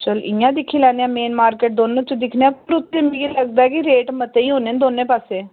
चल इ'यां दिक्खी लैन्ने आं मेन मार्किट दोनें च दिक्खने आं मिगी लगदा ऐ कि रेट मते ई होने दोन्ने पास्से